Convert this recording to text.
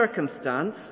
circumstance